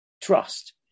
trust